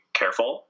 careful